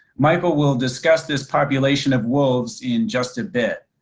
michael will discuss this population of wolves in just a bit.